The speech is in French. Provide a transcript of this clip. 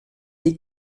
des